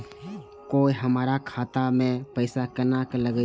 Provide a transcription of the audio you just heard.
कोय हमरा खाता में पैसा केना लगते?